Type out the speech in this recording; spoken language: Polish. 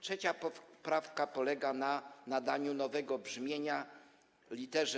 3. poprawka polega na nadaniu nowego brzmienia lit.